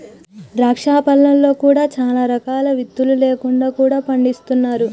ద్రాక్ష పండ్లలో కూడా చాలా రకాలు విత్తులు లేకుండా కూడా పండిస్తున్నారు